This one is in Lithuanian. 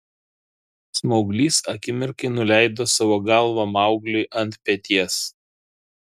smauglys akimirkai nuleido savo galvą maugliui ant peties